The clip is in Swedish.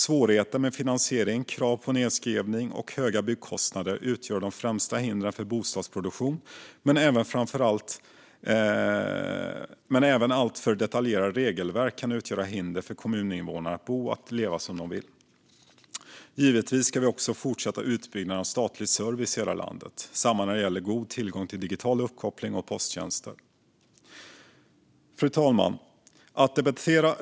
Svårigheten med finansiering, krav på nedskrivning och höga byggkostnader utgör de främsta hindren för bostadsproduktion, men även alltför detaljerade regelverk kan utgöra hinder för kommuninvånarna att bo och leva som de vill. Givetvis ska vi också fortsätta utbyggnaden av statlig service i hela landet, liksom när det gäller god tillgång till digital uppkoppling och posttjänster. Fru talman!